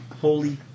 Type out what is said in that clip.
Holy